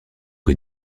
que